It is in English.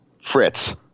Fritz